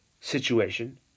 situation